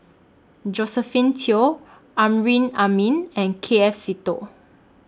Josephine Teo Amrin Amin and K F Seetoh